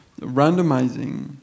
randomizing